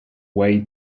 way